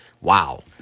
Wow